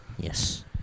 Yes